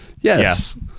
Yes